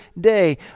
day